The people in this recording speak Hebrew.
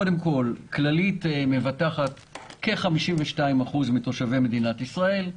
קודם כול, כללית מבטחת כ-52% מתושבי מדינת ישראל.